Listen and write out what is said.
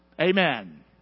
Amen